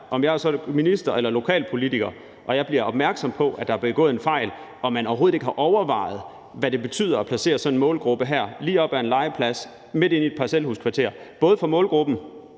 og jeg som minister eller lokalpolitiker bliver opmærksom på, at der er begået en fejl, og man overhovedet ikke har overvejet, hvad det betyder at placere sådan en målgruppe her lige op ad en legeplads midt inde i et parcelhuskvarter, så har jeg